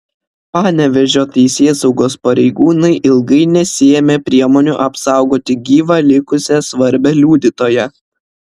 panevėžio teisėsaugos pareigūnai ilgai nesiėmė priemonių apsaugoti gyvą likusią svarbią liudytoją